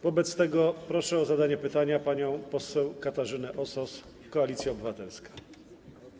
Wobec tego proszę o zadanie pytania panią poseł Katarzynę Osos, Koalicja Obywatelska.